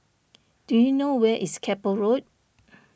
do you know where is Keppel Road